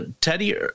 Teddy